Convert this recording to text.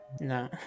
No